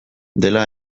dela